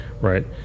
right